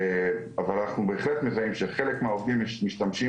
אבל אנחנו בהחלט מזהים שחלק מהעובדים משתמשים